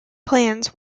plans